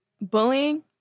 bullying